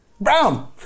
Brown